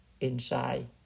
inside